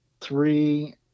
three